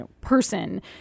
person